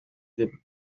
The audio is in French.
des